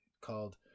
called